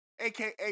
aka